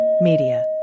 Media